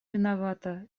виновата